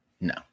no